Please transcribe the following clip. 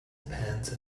pants